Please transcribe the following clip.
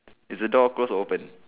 is the door close or open